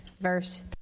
verse